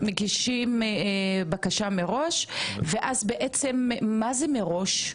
מגישים בקשה מראש, ואז בעצם מה זה מראש?